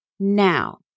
Now